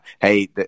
Hey